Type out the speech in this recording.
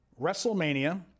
WrestleMania